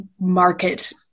market